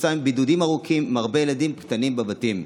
כתוצאה מבידודים ארוכים עם הרבה ילדים קטנים בבתים.